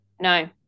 No